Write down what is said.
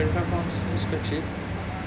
oh that's quite cheap